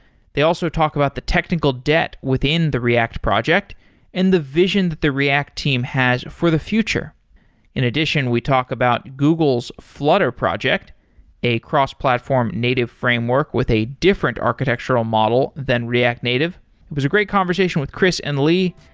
they also talk about the technical debt within the react project and the vision that the react team has for the future in addition, we talk about google's flutter project a cross-platform native framework with a different architectural model than react native. it was a great conversation with chris and lee.